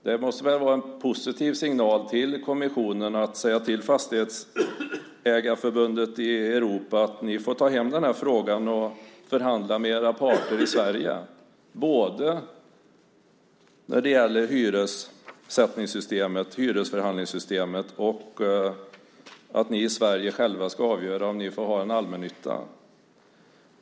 Det måste väl vara en positiv signal till kommissionen att säga till Fastighetsägarförbundet i Europa att de får ta hem den här frågan och förhandla med sina parter i Sverige, både när det gäller hyressättningssystemet och hyresförhandlingssystemet och att vi i Sverige själva ska avgöra om vi får ha en allmännytta.